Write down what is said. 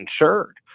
insured